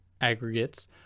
aggregates